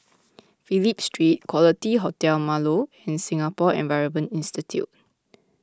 Phillip Street Quality Hotel Marlow and Singapore Environment Institute